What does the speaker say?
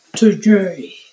Today